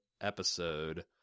episode